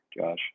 josh